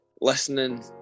listening